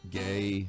gay